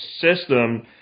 system